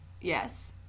Yes